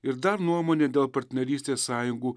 ir dar nuomonė dėl partnerystės sąjungų